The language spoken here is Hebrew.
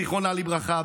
זיכרונה לברכה,